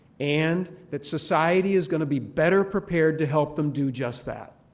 and that society is going to be better prepared to help them do just that.